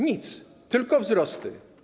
Nic, tylko wzrosty.